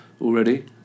already